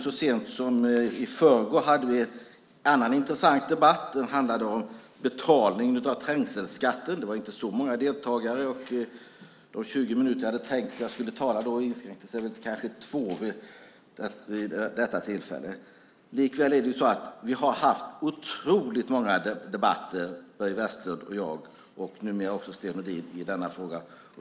Så sent som i förrgår hade vi en annan intressant debatt som handlade om betalning av trängselskatter. Det var inte så många deltagare, och de 20 minuter som jag hade tänkt att jag skulle tala inskränkte sig till kanske 2 vid detta tillfälle. Likväl har vi haft otroligt många debatter, Börje Vestlund och jag och numera också Sten Nordin, i denna fråga.